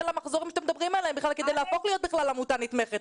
למחזורים שאתם מדברים עליהם בכלל כדי להפוך להיות בכלל עמותה נתמכת.